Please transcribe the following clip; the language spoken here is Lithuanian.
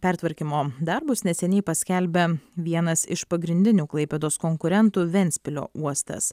pertvarkymo darbus neseniai paskelbė vienas iš pagrindinių klaipėdos konkurentų ventspilio uostas